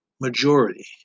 majority